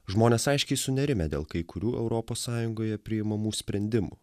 žmonės aiškiai sunerimę dėl kai kurių europos sąjungoje priimamų sprendimų